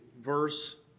Verse